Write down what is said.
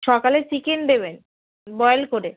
সকালে চিকেন দেবেন বয়েল করে